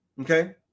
Okay